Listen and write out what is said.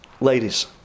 Ladies